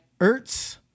Ertz